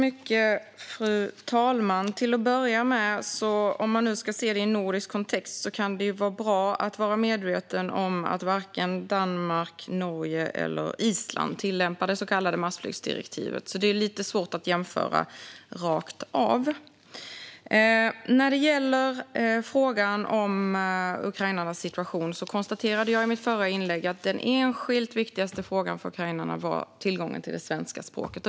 Fru talman! Till att börja med: Om man nu ska se detta i en nordisk kontext kan det vara bra att vara medveten om att varken Danmark, Norge eller Island tillämpar det så kallade massflyktsdirektivet. Det är alltså lite svårt att jämföra rakt av. När det gäller frågan om ukrainarnas situation konstaterade jag i mitt förra inlägg att den enskilt viktigaste frågan för ukrainarna gällde tillgången till det svenska språket.